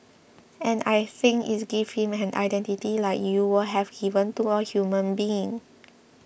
and I think it gives him an identity like you would have given to a human being